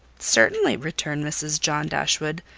certainly, returned mrs. john dashwood.